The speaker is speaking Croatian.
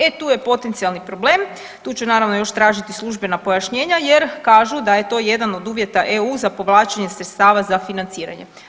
E tu je potencijalni problem, tu ću naravno još tražiti službena pojašnjenja jer kažu da je to jedan od uvjeta EU za povlačenje sredstava za financiranje.